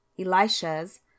Elisha's